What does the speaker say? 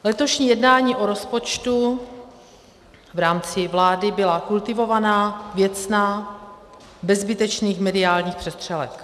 Letošní jednání o rozpočtu v rámci vlády byla kultivovaná, věcná, bez zbytečných mediálních přestřelek.